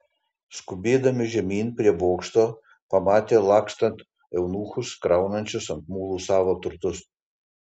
skubėdami žemyn prie bokšto pamatė lakstant eunuchus kraunančius ant mulų savo turtus